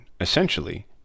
essentially